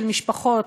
של משפחות,